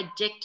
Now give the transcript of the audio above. addictive